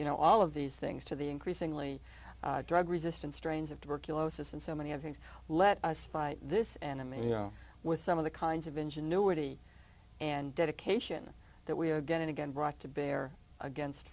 you know all of these things to the increasingly drug resistant strains of tuberculosis and so many other things let us fight this anime you know with some of the kinds of ingenuity and dedication that we again and again brought to bear against